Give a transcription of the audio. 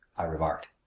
i remarked.